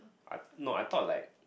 I no I thought like